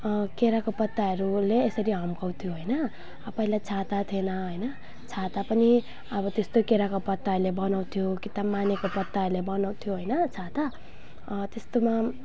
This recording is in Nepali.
केराको पत्ताहरूले यसरी हम्काउँथ्यो होइन अ पहिला छाता थिएन होइन छाता पनि अब त्यस्तो केराको पत्ताहरूले बनाउँथ्यो कि त मानेको पत्ताहरूले बनाउँथ्यो होइन छाता त्यस्तोमा